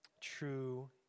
True